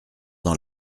dans